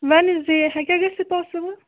Wednesday ہکیٛاہ گٔژھِتھ possible